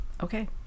Okay